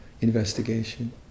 investigation